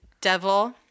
Devil